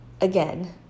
Again